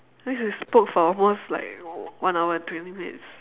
that means we spoke for almost like one hour and twenty minutes